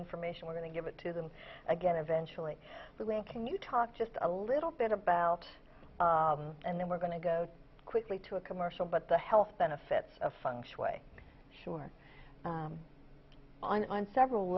information we're going to give it to them again eventually but when can you talk just a little bit about and then we're going to go quickly to a commercial but the health benefits of function way sure i'm on several